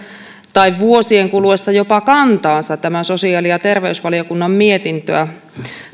tai jopa vuosien kuluessa kantaansa tätä sosiaali ja terveysvaliokunnan mietintöä